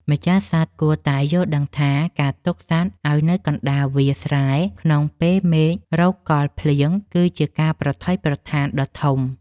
ម្ចាស់សត្វគួរតែយល់ដឹងថាការទុកសត្វឱ្យនៅកណ្តាលវាលស្រែក្នុងពេលមេឃរកកល់ភ្លៀងគឺជាការប្រថុយប្រថានដ៏ធំ។